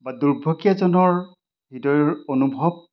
বা দুৰ্ভগীয়াজনৰ হৃদয়ৰ অনুভৱ